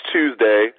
Tuesday